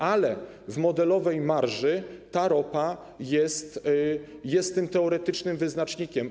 Ale w modelowej marży ta ropa jest tym teoretycznym wyznacznikiem.